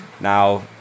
Now